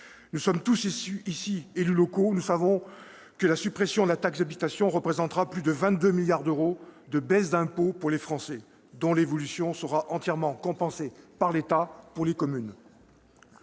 Nous sommes tous ici élus locaux, nous savons que la suppression de la taxe d'habitation représentera pour les Français, plus de 22 milliards d'euros de baisse d'impôts, dont l'évolution sera entièrement compensée par l'État pour les communes.